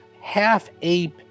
half-ape